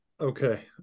Okay